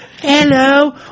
Hello